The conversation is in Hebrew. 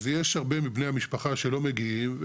אז יש הרבה מבני המשפחה שלא מגיעים,